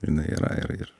jinai yra ir ir